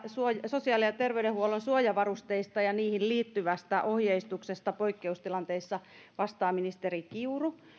sosiaali ja terveydenhuollon suojavarusteista ja niihin liittyvästä ohjeistuksesta poikkeustilanteissa vastaa ministeri kiuru